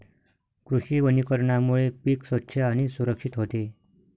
कृषी वनीकरणामुळे पीक स्वच्छ आणि सुरक्षित होते